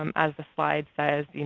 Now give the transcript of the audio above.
um as the slide says,